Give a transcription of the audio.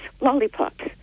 lollipops